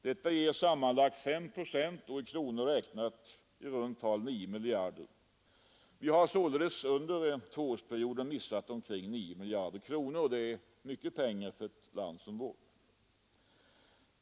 Detta gör sammanlagt 5 procent eller i kronor räknat i runt tal 9 miljarder. Under en tvåårsperiod har vi sålunda missat 9 miljarder. Det är mycket pengar för ett land som vårt.